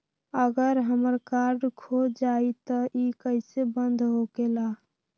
अगर हमर कार्ड खो जाई त इ कईसे बंद होकेला?